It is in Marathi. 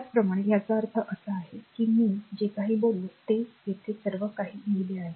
त्याचप्रमाणे याचा अर्थ असा आहे की मी जे काही बोललो ते येथे सर्व काही लिहिले आहे